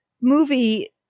movie